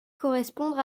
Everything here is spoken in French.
correspondre